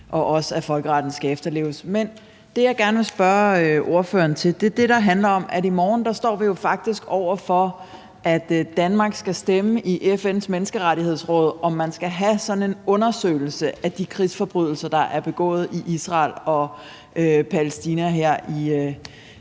og også, at folkeretten skal efterleves. Men det, jeg gerne vil spørge ordføreren til, er det, der handler om, at vi i morgen faktisk står over for, at Danmark skal stemme i FN's Menneskerettighedsråd om, om man skal have sådan en undersøgelse af de krigsforbrydelser, der er begået i Israel og Palæstina her